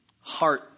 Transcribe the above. heart